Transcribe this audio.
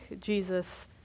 Jesus